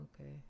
Okay